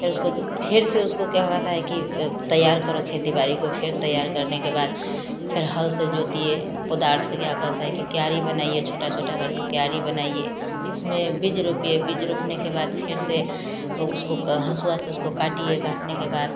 फिर उसको फिर से उसको क्या कहता है कि ये तैयार करो खेती बारी को फिर तैयार करने के बाद फिर हल से जोतिए कोदार से क्या करता है कि क्यारी बनाइए छोटा छोटा करके क्यारी बनाइए उसमें बीज रोपिए बीज रोपने के बाद फिर से ओ उसको का हसुआ से उसको काटिए काटने के बाद